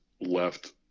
left